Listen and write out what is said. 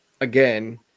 again